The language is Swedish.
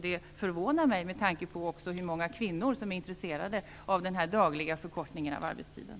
Det förvånar mig, också med tanke på hur många kvinnor som är intresserade av en daglig förkortning av arbetstiden.